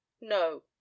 No